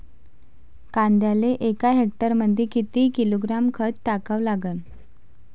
कांद्याले एका हेक्टरमंदी किती किलोग्रॅम खत टाकावं लागन?